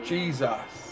Jesus